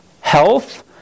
health